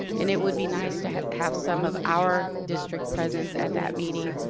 and it would be nice to have some of our district presence at that meeting,